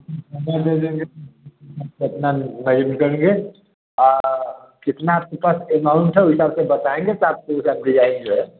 दे देंगे पटना में करगे आ कितना आपके पास अमाउंट है वह हिसाब से बताएँगे तो आप कर दी जाएगी जो है